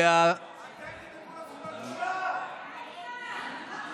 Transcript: מי ידאג לזכויות שלנו, אתם?